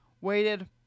waited